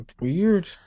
Weird